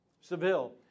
Seville